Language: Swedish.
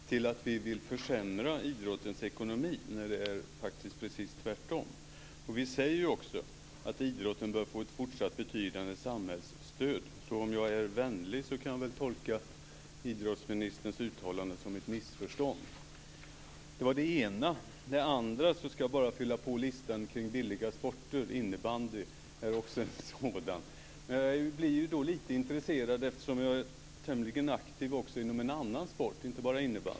Fru talman! Jag förstår inte riktigt hur Ulrica Messing har lyckats tolka vår reservation till att vi vill försämra idrottens ekonomi när det faktiskt är precis tvärtom. Vi säger att idrotten bör få ett fortsatt betydande samhällsstöd. Om jag är vänlig kan jag tolka idrottsministerns uttalande som ett missförstånd. Sedan vill jag fylla på listan med billiga innesporter, nämligen innebandy. Jag är dessutom tämligen aktiv inom en annan sport, nämligen golfen.